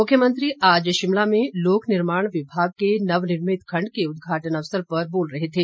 मुख्यमंत्री आज शिमला में लोक निर्माण विभाग के नवनिर्मित खंड के उद्घाटन अवसर पर बोल रहे थे